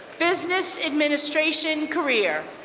business administration career.